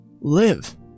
live